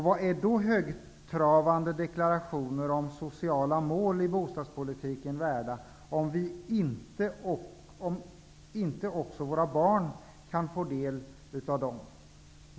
Vad är då högtravande deklarationer om sociala mål i bostadspolitiken värda om inte också våra barn kan få del av dem?